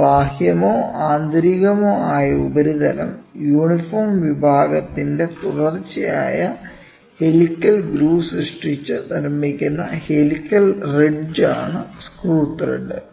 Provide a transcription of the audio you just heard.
ബാഹ്യമോ ആന്തരികമോ ആയ ഉപരിതലത്തിൽ യൂണിഫോം വിഭാഗത്തിന്റെ തുടർച്ചയായ ഹെലിക്കൽ ഗ്രൂവ് സൃഷ്ടിച്ച് നിർമ്മിക്കുന്ന ഹെലിക്കൽ റിഡ്ജാണ് സ്ക്രൂ ത്രെഡ്